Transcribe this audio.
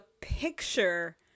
picture